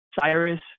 Cyrus